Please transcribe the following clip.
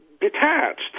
detached